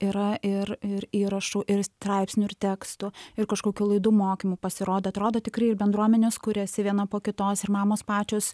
yra ir ir įrašų ir straipsnių ir tekstų ir kažkokių laidų mokymų pasirodė atrodo tikrai ir bendruomenės kuriasi viena po kitos ir mamos pačios